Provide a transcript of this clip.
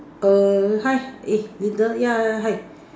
err hi eh Linda yeah yeah hi